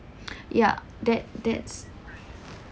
ya that that's